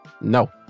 No